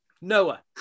Noah